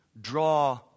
draw